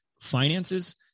finances